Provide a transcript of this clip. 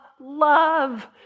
love